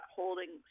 holding